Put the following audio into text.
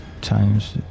times